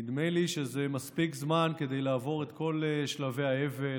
נדמה לי שזה מספיק זמן לעבור את כל שלבי האבל,